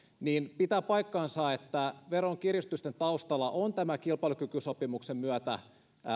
pitää paikkansa että veronkiristysten taustalla ovat tämän kilpailukykysopimuksen myötä